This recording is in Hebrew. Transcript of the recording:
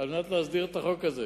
על מנת להסדיר את החוק הזה.